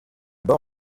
bord